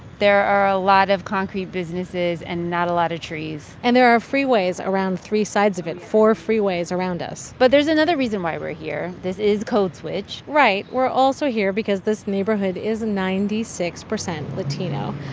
there are a lot of concrete businesses and not a lot of trees and there are freeways around three sides of it, four freeways around us but there's another reason why we're here. this is code switch right. we're also here because this neighborhood is ninety six percent latino.